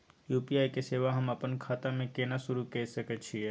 UPI के सेवा हम अपने खाता म केना सुरू के सके छियै?